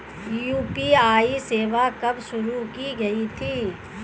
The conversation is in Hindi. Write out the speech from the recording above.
यू.पी.आई सेवा कब शुरू की गई थी?